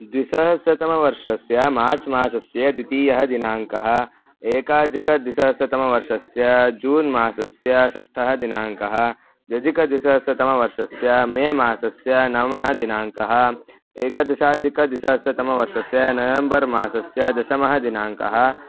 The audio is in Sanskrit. द्विसहस्रतमवर्षस्य मार्च् मासस्य द्वितीयः दिनाङ्कः एकाधिकद्विसहस्रतमवर्षस्य जून् मासस्य षष्ठः दिनाङ्कः द्व्यधिकद्विसहस्रतमवर्षस्य मे मासस्य नवमः दिनाङ्कः एकदशाधिकद्विसहस्रतमवर्षस्य नवेम्बर् मासस्य दशमः दिनाङ्कः